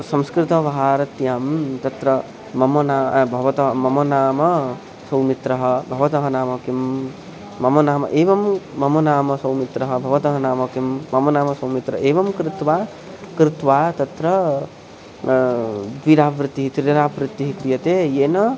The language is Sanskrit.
संस्कृतभारत्यां तत्र मम नाम भवता मम नाम सौमित्रः भवतः नाम किं मम नाम एवं मम नाम सौमित्रः भवतः नाम किं मम नाम सौमित्रः एवं कृत्वा कृत्वा तत्र द्विरावृत्तिः त्रिरावृत्तिः क्रियते येन